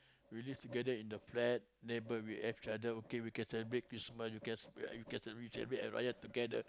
we live together in the flat neighbour we have each other we can celebrate Christmas we can celebrate Hari Raya together